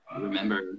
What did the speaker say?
remember